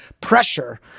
pressure